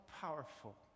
powerful